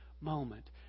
moment